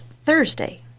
Thursday